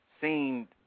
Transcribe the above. seen